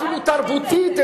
אפילו תרבותית.